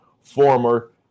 former